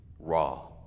raw